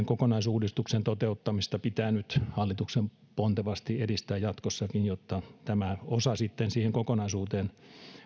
kokonaisuudistuksen toteuttamista pitää nyt hallituksen pontevasti edistää jatkossakin jotta tämä osa sitten siihen kokonaisuuteen